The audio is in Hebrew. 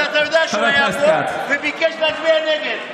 אז אתה יודע שהוא היה פה וביקש להצביע נגד.